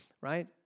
right